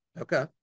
Okay